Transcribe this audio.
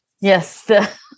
Yes